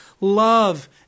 love